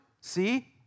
See